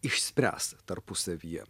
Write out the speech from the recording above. išspręs tarpusavyje